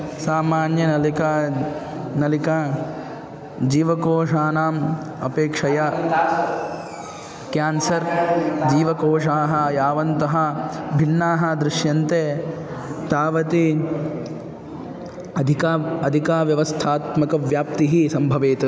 सामान्यनलिका नलिका जीवकोषाणाम् अपेक्षया क्यान्सर् जीवकोषाः यावन्तः भिन्नाः दृश्यन्ते तावती अधिका अधिका व्यवस्थात्मकव्याप्तिः सम्भवेत्